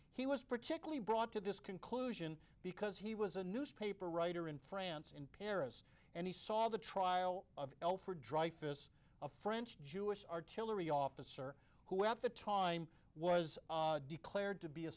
he was particularly brought to this conclusion because he was a newspaper writer in france in paris and he saw the trial of l for dreyfus a french jewish artillery officer who at the time was declared to be a